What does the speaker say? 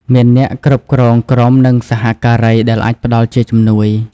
មានអ្នកគ្រប់គ្រងក្រុមនិងសហការីដែលអាចផ្ដល់ជាជំនួយ។